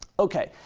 okay,